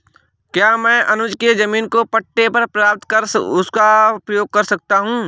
क्या मैं अनुज के जमीन को पट्टे पर प्राप्त कर उसका प्रयोग कर सकती हूं?